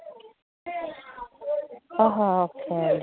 okay అండి